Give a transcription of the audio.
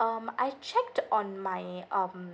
um I've checked on my um